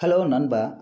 hello நண்பா